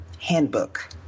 handbook